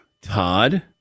Todd